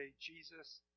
Jesus